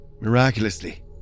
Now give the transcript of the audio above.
Miraculously